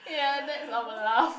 ya that's our laugh